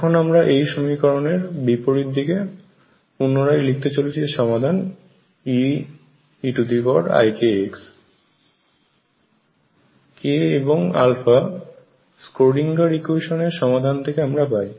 এখন আমরা এই সমীকরণের বিপরীত দিকে পুনরায় লিখতে চলেছি এর সমাধান Eeⁱᵏˣ k এবং α স্ক্রোডিঙ্গার ইকুয়েশানSchrödinger equation এর সমাধান এর থাকে আমরা পাই